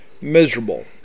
miserable